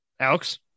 Alex